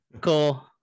cool